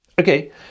Okay